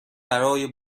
برای